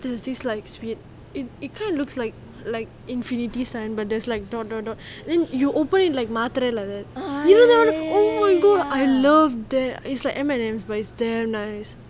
you know there's this like sweet it it kind of looks like like infinity sign but there's like dot dot dot then you open it like matria like that you know that [one] oh my god I love that it's like M&M but it's damn nice